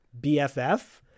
BFF